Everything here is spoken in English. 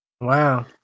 Wow